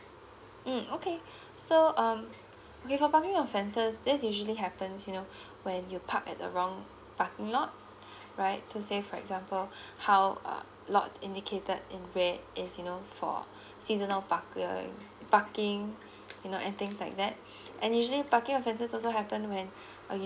mm okay so um when you have a parking offences this usually happens you know when you park at the wrong parking lot right so say for example how uh lots indicated in red is you know for seasonal parkers parking you know and things like that and usually parking offences also happen when